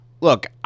look